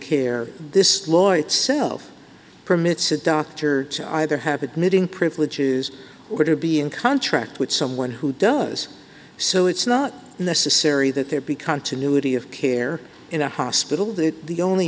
care this lawyer itself permits a doctor either have admitting privileges or to be in contract with someone who does so it's not necessary that there be continuity of care in a hospital that the only